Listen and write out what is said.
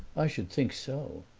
i should think so!